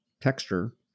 texture